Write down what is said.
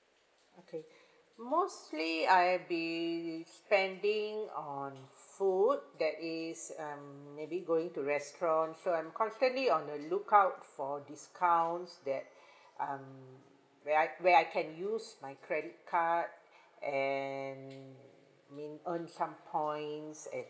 okay mostly I have be spending on food that is um maybe going to restaurant so I'm constantly on the look out for discounts that um where I where I can use my credit card and mean earn some points at